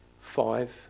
Five